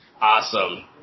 Awesome